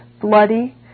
bloody